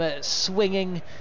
swinging